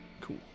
Cool